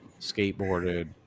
skateboarded